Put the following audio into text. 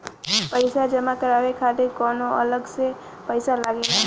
पईसा जमा करवाये खातिर कौनो अलग से पईसा लगेला?